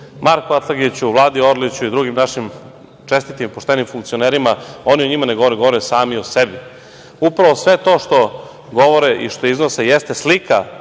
Marku Atlagiću, Vladi Orliću i drugim našim čestitim i poštenim funkcionerima. Oni o njima ne govore, govore sami o sebi. Upravo sve to što govore i što iznose jeste slika